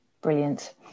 brilliant